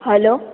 hello